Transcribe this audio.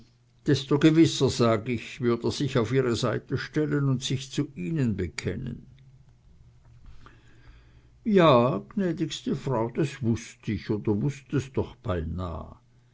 desto gewisser sag ich würd er sich auf ihre seite stellen und sich zu ihnen bekennen ja gnädigste frau das wußt ich oder wußt es doch beinah